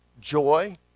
joy